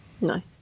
Nice